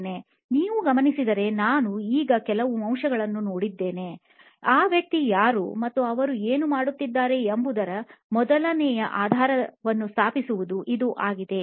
ನೀವು ಗಮನಿಸಿದರೆ ನಾವು ಈಗ ಕೆಲವು ಅಂಶಗಳನ್ನು ನೋಡಿದ್ದೇವೆ ಈ ವ್ಯಕ್ತಿ ಯಾರು ಮತ್ತು ಅವರು ಏನು ಮಾಡುತ್ತಿದ್ದಾರೆ ಎಂಬುದರ ಮೊದಲನೆಯ ಆಧಾರವನ್ನು ಸ್ಥಾಪಿಸುವುದು ಇದು ಆಗಿದೆ